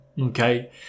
okay